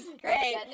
Great